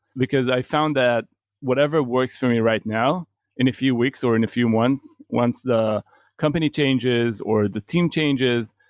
because i found that whatever works for me right now in a few weeks or in a few months once the company changes or the team changes,